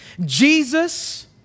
Jesus